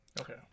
Okay